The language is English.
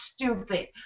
stupid